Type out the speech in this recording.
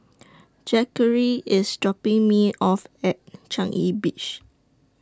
Zackary IS dropping Me off At Changi Beach